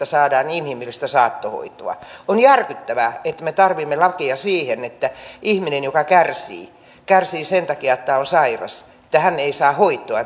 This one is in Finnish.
saadaan inhimillistä saattohoitoa on järkyttävää että me tarvitsemme lakia siihen että ihminen joka kärsii kärsii sen takia että on sairas ei saa hoitoa